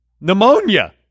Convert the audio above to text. pneumonia